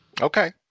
Okay